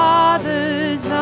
Father's